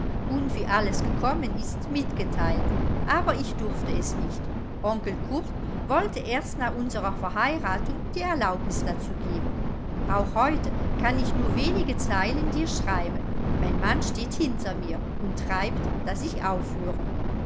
und wie alles gekommen ist mitgeteilt aber ich durfte es nicht onkel curt wollte erst nach unsrer verheiratung die erlaubnis dazu geben auch heute kann ich nur wenige zeilen dir schreiben mein mann steht hinter mir und treibt daß ich aufhöre